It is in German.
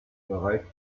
bereits